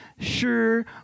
sure